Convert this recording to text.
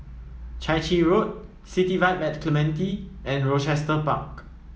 Chai Chee Road City Vibe and Clementi and Rochester Park